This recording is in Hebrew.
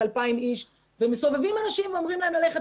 2,000 אנשים ומסתובבים אנשים ואומרים להם ללכת